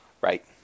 Right